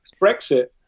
Brexit